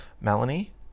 Melanie